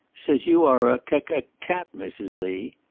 says you are a ca-ca-cat, mrs. lee.